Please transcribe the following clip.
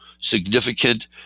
significant